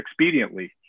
expediently